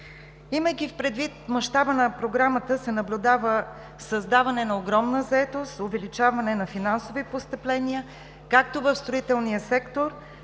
Имайки предвид мащаба на Програмата, наблюдава се създаване на огромна заетост, увеличаване на финансови постъпления както в строителния сектор,